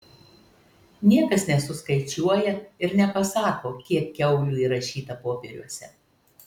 niekas nesuskaičiuoja ir nepasako kiek kiaulių įrašyta popieriuose